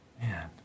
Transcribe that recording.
Man